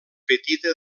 petita